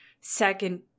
second